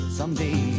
someday